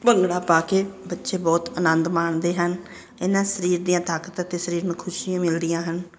ਭੰਗੜਾ ਪਾ ਕੇ ਬੱਚੇ ਬਹੁਤ ਅਨੰਦ ਮਾਣਦੇ ਹਨ ਇਹ ਨਾਲ ਸਰੀਰ ਦੀਆਂ ਤਾਕਤ ਅਤੇ ਸਰੀਰ ਨੂੰ ਖੁਸ਼ੀਆਂ ਮਿਲਦੀਆਂ ਹਨ